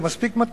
זה מספיק מתון?